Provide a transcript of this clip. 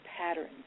patterns